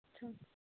अच्छा